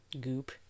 Goop